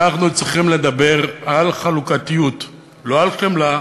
אנחנו צריכים לדבר על חלוקתיות, לא על חמלה,